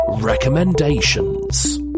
recommendations